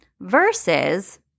versus